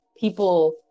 people